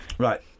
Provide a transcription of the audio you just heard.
Right